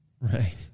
Right